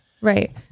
Right